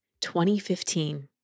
2015